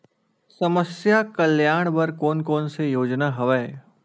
समस्या कल्याण बर कोन कोन से योजना हवय?